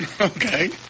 Okay